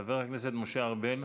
חבר הכנסת משה ארבל,